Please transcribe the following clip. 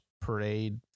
parade